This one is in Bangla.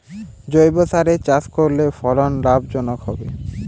জৈবসারে চাষ করলে ফলন লাভজনক হবে?